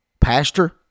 Pastor